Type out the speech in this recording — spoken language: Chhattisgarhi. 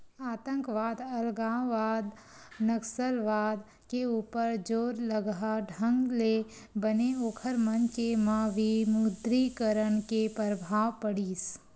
आंतकवाद, अलगावाद, नक्सलवाद के ऊपर जोरलगहा ढंग ले बने ओखर मन के म विमुद्रीकरन के परभाव पड़िस